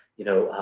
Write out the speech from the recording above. you know,